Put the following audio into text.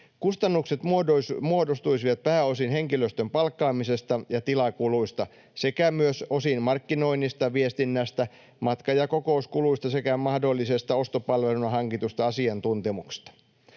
Kustannukset muodostuisivat pääosin henkilöstön palkkaamisesta ja tilakuluista sekä myös osin markkinoinnista, viestinnästä, matka- ja kokouskuluista sekä mahdollisesta ostopalveluna hankitusta asiantuntemuksesta.